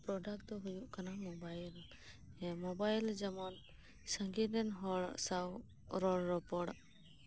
product ᱫᱚ ᱦᱩᱭᱩᱜ ᱠᱟᱱᱟ ᱢᱳᱵᱟᱭᱤᱞ ᱦᱮᱸ ᱢᱳᱵᱟᱭᱤᱞ ᱡᱮᱢᱚᱱ ᱥᱟᱹᱜᱤᱧ ᱨᱮᱱ ᱦᱚᱲ ᱥᱟᱶ ᱨᱚᱲ ᱨᱚᱯᱚᱲ